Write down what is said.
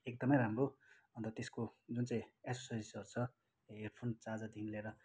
एकदमै राम्रो अन्त त्यसको जुन चाहिँ एसोसरिजहरू छ हेडफोन चार्जरदेखि लिएर